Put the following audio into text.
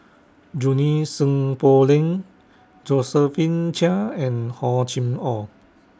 Junie Sng Poh Leng Josephine Chia and Hor Chim Or